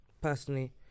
personally